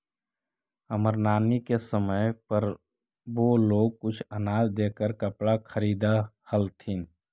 हमर नानी के समय पर वो लोग कुछ अनाज देकर कपड़ा खरीदअ हलथिन